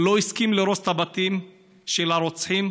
לא הסכים להרוס את הבתים של הרוצחים,